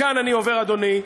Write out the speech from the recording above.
מכאן אני עובר, אדוני,